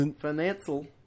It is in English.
Financial